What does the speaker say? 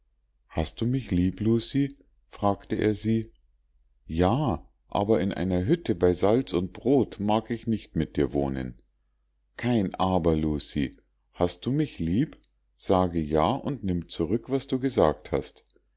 hast du mich lieb lucie fragte er sie ja aber in einer hütte bei salz und brot mag ich nicht mit dir wohnen kein aber lucie hast du mich lieb sage ja und nimm zurück was du gesagt hast